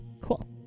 Cool